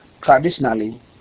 traditionally